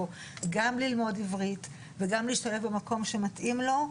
גם ללמוד עברית וגם להשתלב במקום שמתאים לו,